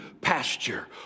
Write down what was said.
pasture